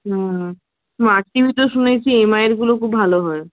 হ্যাঁ হ্যাঁ মাসির মুখে শুনেছি এম আইয়ের গুলো খুব ভালো হয়